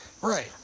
Right